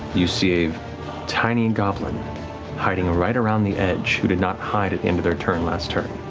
you see a tiny and goblin hiding right around the edge who did not hide at the end of their turn last turn.